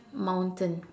mountain